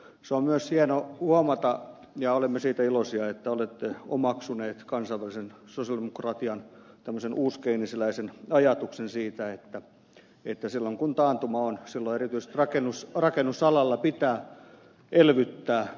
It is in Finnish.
on myös hieno huomata ja olemme siitä iloisia että olette omaksuneet kansainvälisen sosialidemokratian tämmöisen uuskeynesiläisen ajatuksen siitä että silloin kun taantuma on silloin erityisesti rakennusalalla pitää elvyttää